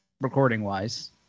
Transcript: recording-wise